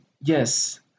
yes